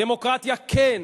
דמוקרטיה כן,